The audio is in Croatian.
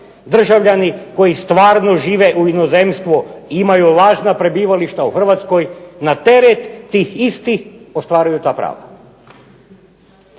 Državljani koji stvarno žive u inozemstvu imaju lažna prebivališta u Hrvatskoj na teret tih istih ostvaruju ta prava.